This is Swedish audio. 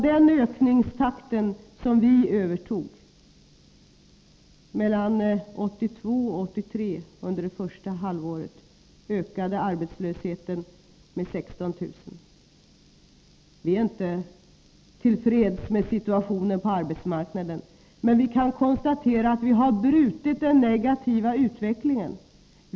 Sådan var ökningstakten när vi tog över regeringsmakten. Från första halvåret 1982 till första halvåret 1983 ökade arbetslösheten med 16 000 personer. Vi är inte till freds med situationen på arbetsmarknaden, men vi kan konstatera att vi har brutit den negativa utveck" ngen.